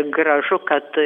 gražu kad